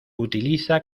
utiliza